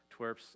twerps